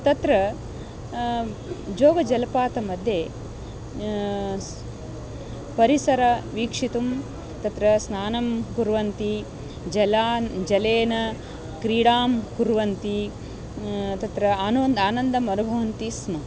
तत्र जोगजल्पातमध्ये परिसरं वीक्षितुं तत्र स्नानं कुर्वन्ति जलान् जलेन क्रीडां कुर्वन्ति तत्र आनन्दम् आनन्दम् अनुभवन्ति स्म